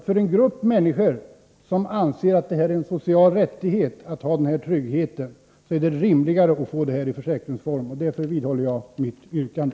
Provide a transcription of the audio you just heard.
För den grupp människor som anser att det är en social rättighet att ha denna trygghet är det rimligt att få detta stöd i försäkringsform. Därför vidhåller jag mitt yrkande.